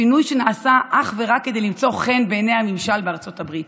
פינוי שנעשה אך ורק כדי למצוא חן בעיני הממשל בארצות הברית,